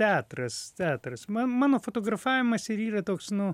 teatras teatras man mano fotografavimas ir yra toks nu